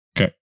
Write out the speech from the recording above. Okay